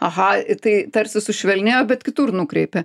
aha tai tarsi sušvelnėjo bet kitur nukreipė